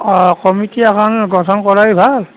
অঁ কমিটি এখন গঠন কৰাই ভাল